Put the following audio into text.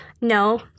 No